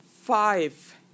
five